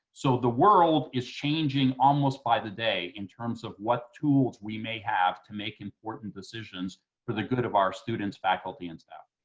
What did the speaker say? so the world is changing almost by the day in terms of what tools we may have to make important decisions for the good of our students, faculty, and staff.